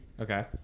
Okay